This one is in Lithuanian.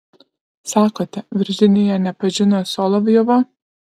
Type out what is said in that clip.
sakote virdžinija nepažino solovjovo